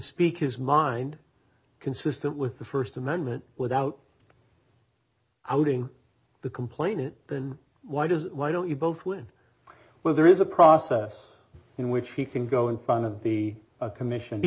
speak his mind consistent with the first amendment without outing the complainant than why does why don't you both would but there is a process in which he can go in front of the commission